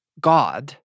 God